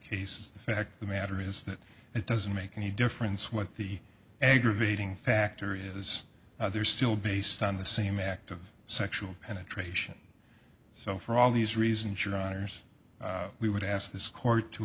the fact the matter is that it doesn't make any difference what the aggravating factor is there is still based on the same act of sexual penetration so for all these reasons your honour's we would ask this court to